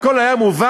הכול היה מובן,